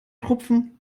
rupfen